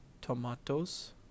tomatoes